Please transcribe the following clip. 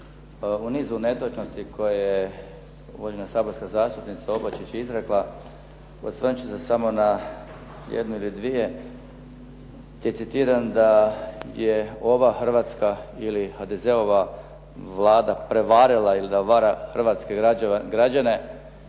U nizu netočnosti koje je uvažena saborska zastupnica Opačić izrekla, osvrnuti ću se samo na jednu ili dvije gdje citiram da je ova Hrvatska ili HDZ-ova Vlada prevarila ili da vara hrvatske građane.